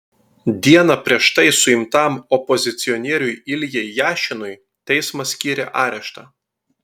dieną prieš tai suimtam opozicionieriui iljai jašinui teismas skyrė areštą